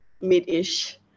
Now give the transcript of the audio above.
mid-ish